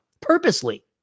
purposely